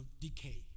decay